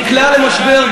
נקלעה למשבר,